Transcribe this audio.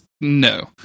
no